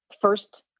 First